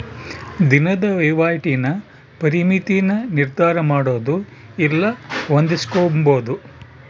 ದಿನದ ವಹಿವಾಟಿನ ಪರಿಮಿತಿನ ನಿರ್ಧರಮಾಡೊದು ಇಲ್ಲ ಹೊಂದಿಸ್ಕೊಂಬದು